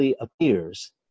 appears